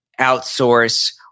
outsource